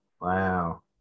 wow